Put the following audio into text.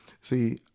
see